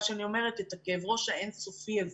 שאני אומרת את זה את כאב הראש האין סופי הזה.